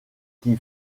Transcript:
qui